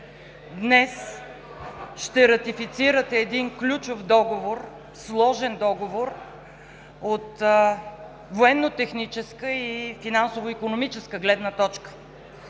Днес ще ратифицирате ключов, сложен договор от военнотехническа и финансово-икономическа гледна точка.